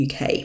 UK